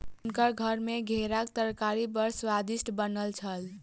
हुनकर घर मे घेराक तरकारी बड़ स्वादिष्ट बनल छल